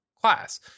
class